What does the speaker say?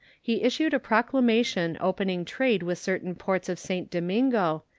he issued a proclamation opening trade with certain ports of st. domingo,